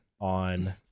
On